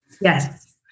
Yes